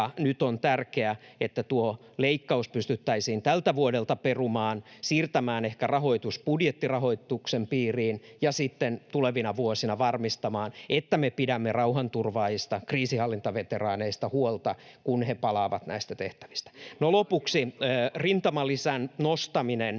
nyt on tärkeää, että tuo leikkaus pystyttäisiin tältä vuodelta perumaan, ehkä siirtämään rahoitus budjettirahoituksen piiriin ja sitten tulevina vuosina varmistamaan, että me pidämme rauhanturvaajista ja kriisinhallintaveteraaneista huolta, kun he palaavat näistä tehtävistä. No, lopuksi rintamalisän nostaminen.